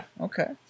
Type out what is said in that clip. okay